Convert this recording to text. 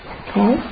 okay